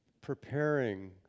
preparing